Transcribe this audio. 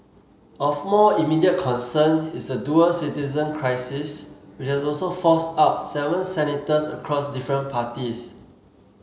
of more immediate concern is the dual citizen crisis which has also forced out seven senators across different parties